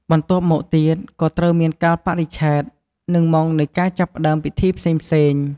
បន្ទាប់មកទៀត ក៏ត្រូវមានកាលបរិច្ឆេទ និងម៉ោងនៃការចាប់ផ្ដើមពិធីផ្សេងៗ។